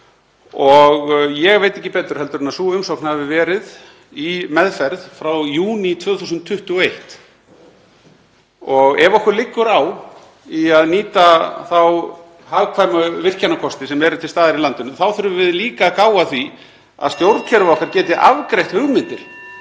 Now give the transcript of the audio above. og ég veit ekki betur en að sú umsókn hafi verið í meðferð frá júní 2021. Ef okkur liggur á að nýta þá hagkvæmu virkjunarkosti sem eru til staðar í landinu þá þurfum við líka að gá að því að stjórnkerfi okkar geti afgreitt hugmyndir